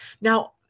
now